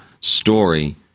story